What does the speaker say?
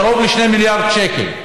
קרוב ל-2 מיליארד שקל,